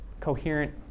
coherent